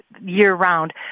year-round